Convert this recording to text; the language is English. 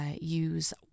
use